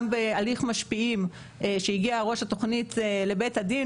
גם בהליך "משפיעים" כשהגיע ראש התוכנית לבית הדין,